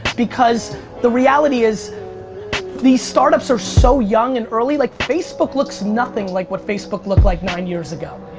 because the reality is these startups are so young and early, like facebook looks nothing like what facebook looked like nine years ago.